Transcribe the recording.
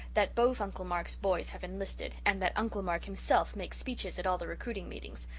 that both uncle mark's boys have enlisted, and that uncle mark himself makes speeches at all the recruiting meetings.